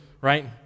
right